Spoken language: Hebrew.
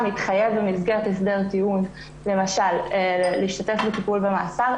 יתחייב במסגרת הסדר טיעון למשל להשתתף בטיפול במאסר.